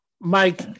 Mike